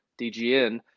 DGN